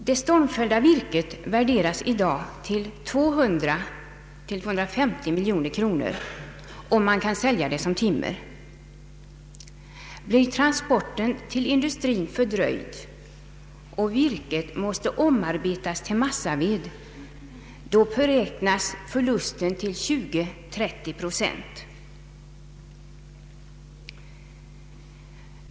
Det stormfällda virket värderas i dag till mellan 200 och 250 miljoner kronor, om det kan säljas såsom timmer. Blir transporten till industri fördröjd och virket måste omarbetas till massaved, beräknas förlusten till 20—30 procent.